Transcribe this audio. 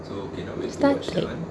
star trek